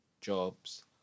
jobs